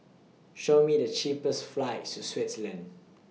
Show Me The cheapest flights to Switzerland